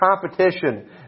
competition